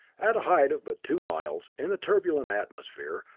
at a height of but two miles, in the turbulent atmosphere,